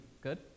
Good